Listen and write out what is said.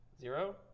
Zero